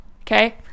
okay